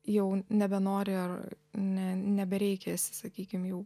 jau nebenori ar ne nebereikia esi sakykim jau